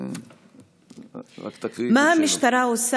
רק תקריאי את השאלות.